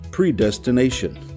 predestination